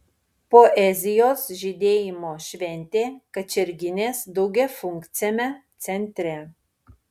poezijos žydėjimo šventė kačerginės daugiafunkciame centre